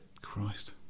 Christ